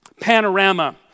panorama